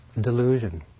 delusion